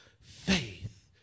faith